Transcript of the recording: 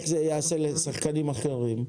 מה זה יעשה לשחקנים אחרים.